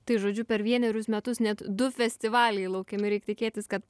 tai žodžiu per vienerius metus net du festivaliai laukiami reik tikėtis kad